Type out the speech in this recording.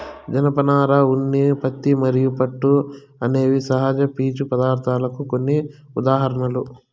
జనపనార, ఉన్ని, పత్తి మరియు పట్టు అనేవి సహజ పీచు పదార్ధాలకు కొన్ని ఉదాహరణలు